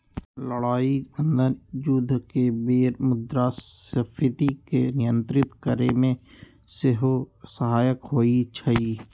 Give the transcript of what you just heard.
लड़ाइ बन्धन जुद्ध के बेर मुद्रास्फीति के नियंत्रित करेमे सेहो सहायक होइ छइ